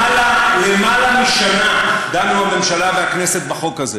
למעלה משנה דנו הממשלה והכנסת בחוק הזה.